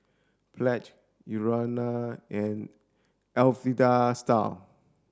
Pledge Urana and Alpha Style